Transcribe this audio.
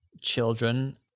children